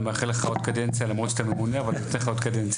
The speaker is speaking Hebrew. אני מאחל לך עוד קדנציה למרות שאתה ממונה אבל אני נותן לך עוד קדנציה,